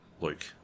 Luke